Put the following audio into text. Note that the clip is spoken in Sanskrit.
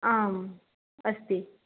आम् अस्ति